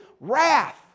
wrath